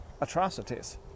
atrocities